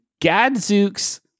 gadzooks